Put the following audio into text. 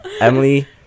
emily